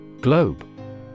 globe